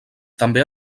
també